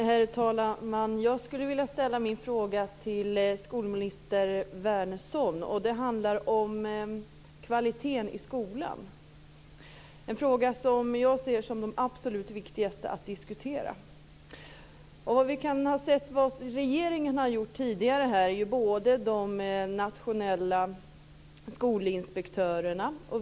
Herr talman! Jag skulle vilja ställa min fråga till skolminister Wärnersson, och det handlar om kvaliteten i skolan. Det är en fråga som jag ser som den absolut viktigaste att diskutera. Vi har sett vad regeringen har gjort tidigare. Det gäller de nationella skolinspektörerna.